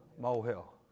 molehill